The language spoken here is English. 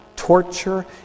torture